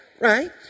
Right